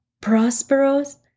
prosperous